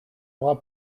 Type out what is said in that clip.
aura